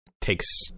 takes